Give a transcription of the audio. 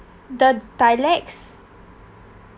the dialects